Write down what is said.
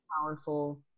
Powerful